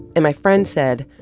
and my friend said,